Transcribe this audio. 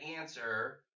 answer